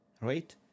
right